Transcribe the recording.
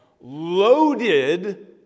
loaded